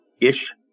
ish